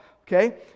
Okay